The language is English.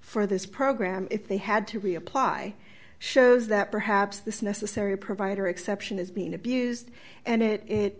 for this program if they had to reapply shows that perhaps this necessary provider exception is being abused and it